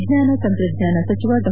ವಿಜ್ಞಾನ ತಂತ್ರಜ್ಞಾನ ಸಚಿವ ಡಾ